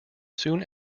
soon